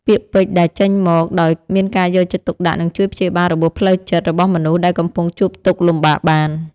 ពាក្យពេចន៍ដែលចេញមកដោយមានការយកចិត្តទុកដាក់នឹងជួយព្យាបាលរបួសផ្លូវចិត្តរបស់មនុស្សដែលកំពុងជួបទុក្ខលំបាកបាន។